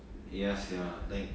ya sia like